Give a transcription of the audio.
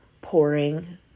pouring